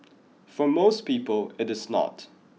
for most people it is not